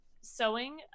sewing